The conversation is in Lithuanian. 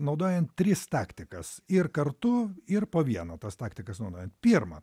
naudojant tris taktikas ir kartu ir po vieną tas taktikas naudojant pirma